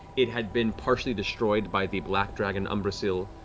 it had been partially destroyed by the black dragon umbrasyl,